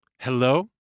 Hello